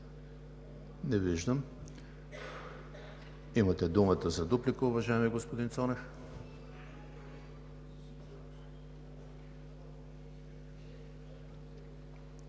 Не виждам. Имате думата за дуплика, уважаеми господин Цонев.